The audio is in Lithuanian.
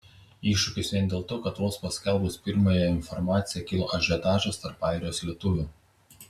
iššūkis vien dėl to kad vos paskelbus pirmąją informaciją kilo ažiotažas tarp airijos lietuvių